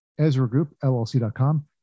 EzraGroupLLC.com